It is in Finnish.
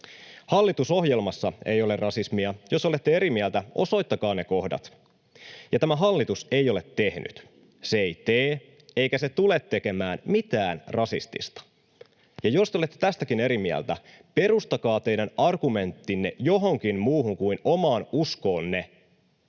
Hallitusohjelmassa ei ole rasismia. Jos olette eri mieltä, osoittakaa ne kohdat. Ja tämä hallitus ei ole tehnyt, se ei tee eikä se tule tekemään mitään rasistista. Ja jos te olette tästäkin eri mieltä, perustakaa teidän argumenttinne johonkin muuhun kuin omaan uskoonne.